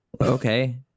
okay